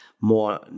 more